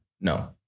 no